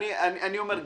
אני אומר,